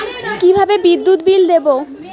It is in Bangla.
কিভাবে বিদ্যুৎ বিল দেবো?